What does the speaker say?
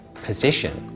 position,